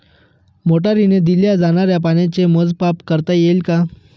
मोटरीने दिल्या जाणाऱ्या पाण्याचे मोजमाप करता येईल का?